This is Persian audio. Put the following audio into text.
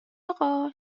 آقا